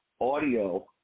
Audio